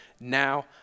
now